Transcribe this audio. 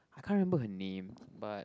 I can't remember her name but